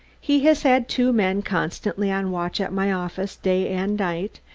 he has had two men constantly on watch at my office, day and night,